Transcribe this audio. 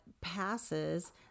passes